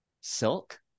silk